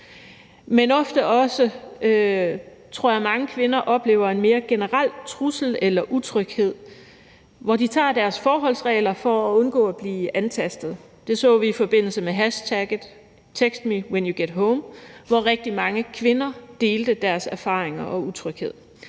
Men jeg tror også, at mange kvinder ofte oplever en mere generel trussel eller utryghed, hvor de tager deres forholdsregler for at undgå at blive antastet. Det så vi i forbindelse med hashtagget #textmewhenyougethome, hvor rigtig mange kvinder delte deres erfaringer med utryghed.